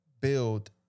build